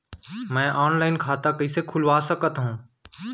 मैं ऑनलाइन खाता कइसे खुलवा सकत हव?